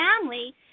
family